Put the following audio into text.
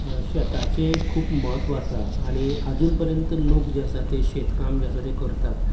शेताचें खूब म्हत्व आसा आणी आजून पर्यंत लोक जे आसा ते शेतकाम जें आसा ते करतात